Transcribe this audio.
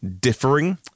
differing